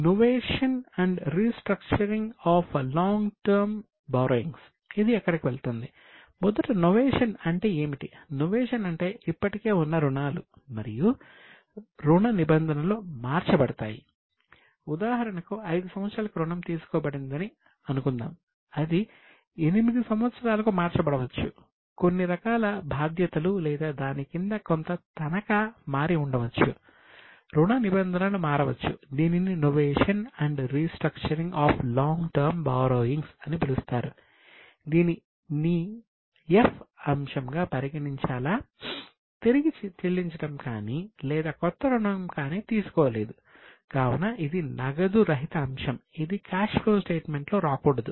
novation and restructuring of long term బారోయింగ్స్లో రాకూడదు